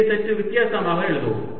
இதை சற்று வித்தியாசமாக எழுதுவோம்